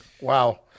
Wow